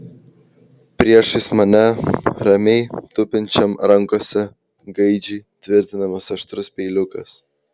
priešais mane ramiai tupinčiam rankose gaidžiui tvirtinamas aštrus peiliukas